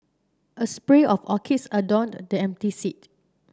a spray of orchids adorned the empty seat